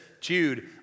Jude